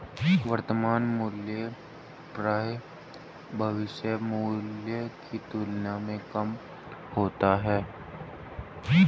वर्तमान मूल्य प्रायः भविष्य मूल्य की तुलना में कम होता है